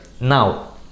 now